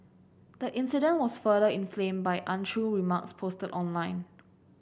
the incident was further inflame by untrue remarks posted online